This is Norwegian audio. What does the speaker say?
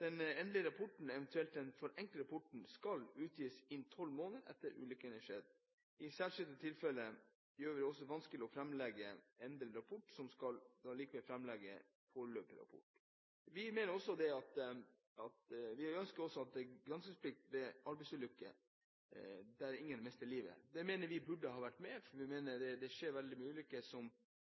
Den endelige rapporten, eventuelt den forenklede rapporten, skal utgis innen tolv måneder etter at ulykken skjedde. I særskilte tilfeller som gjør det vanskelig å framlegge endelig rapport, skal det likevel framlegges en foreløpig rapport. Vi ønsker også granskingsplikt ved arbeidsulykker der ingen har mistet livet. Vi mener det burde ha vært med, for det skjer veldig mange ulykker der man ved å granske mer kan unngå at tilsvarende skjer